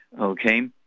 Okay